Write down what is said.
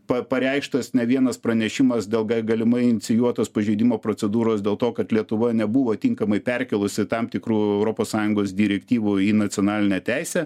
pa pareikštas ne vienas pranešimas dėl gal galimai inicijuotas pažeidimo procedūros dėl to kad lietuva nebuvo tinkamai perkėlusi tam tikrų europos sąjungos direktyvų į nacionalinę teisę